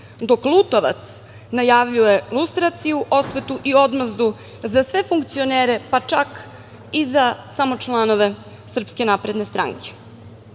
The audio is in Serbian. dok Lutovac najavljuje lustraciju, osvetu i odmazdu za sve funkcionere, pa čak i za samo članove SNS. Onda to